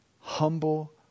humble